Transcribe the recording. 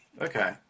Okay